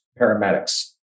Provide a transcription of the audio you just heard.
paramedics